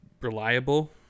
reliable